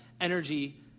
energy